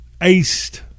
aced